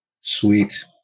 Sweet